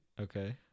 Okay